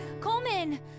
Coleman